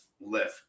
lift